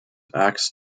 acts